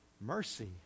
Mercy